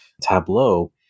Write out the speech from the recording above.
tableau